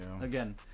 Again